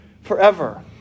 forever